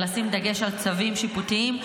היא לשים דגש על צווים שיפוטיים,